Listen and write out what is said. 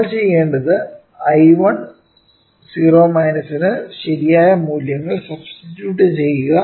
നമ്മൾ ചെയ്യേണ്ടത് I1 ന് ശരിയായ മൂല്യങ്ങൾ സബ്സ്റ്റിട്യൂട് ചെയ്യുക